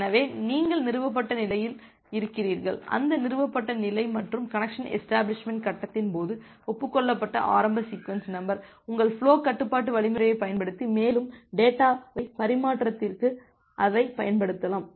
எனவே நீங்கள் நிறுவப்பட்ட நிலையில் இருக்கிறீர்கள் அந்த நிறுவப்பட்ட நிலை மற்றும் கனெக்சன் எஷ்டபிளிஷ்மெண்ட் கட்டத்தின் போது ஒப்புக் கொள்ளப்பட்ட ஆரம்ப சீக்வென்ஸ் நம்பர் உங்கள் ஃபுலோ கட்டுப்பாட்டு வழிமுறையைப் பயன்படுத்தி மேலும் டேட்டாவை பரிமாற்றத்திற்கு அதைப் பயன்படுத்தலாம்